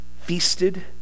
feasted